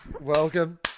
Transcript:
Welcome